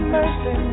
Mercy